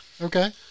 Okay